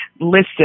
listed